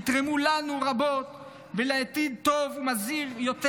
יתרמו לנו רבות ולעתיד טוב ומזהיר יותר.